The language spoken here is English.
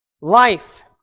life